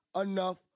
enough